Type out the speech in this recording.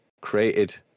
created